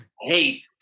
hate